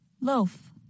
Loaf